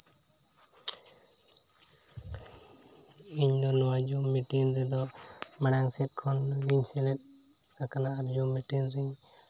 ᱤᱧ ᱫᱚ ᱱᱚᱣᱟ ᱡᱩᱢ ᱢᱤᱴᱤᱝ ᱨᱮᱫᱚ ᱢᱟᱲᱟᱝ ᱥᱮᱫ ᱠᱷᱚᱱ ᱜᱮᱧ ᱥᱮᱞᱮᱫ ᱟᱠᱟᱱᱟ ᱟᱨ ᱡᱩᱢ ᱢᱤᱴᱤᱝ ᱨᱮᱧ